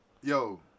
yo